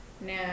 No